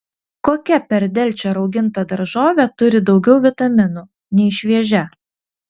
kokia per delčią rauginta daržovė turi daugiau vitaminų nei šviežia